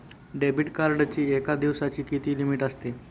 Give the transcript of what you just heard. Debit कार्डची एका दिवसाची किती लिमिट असते?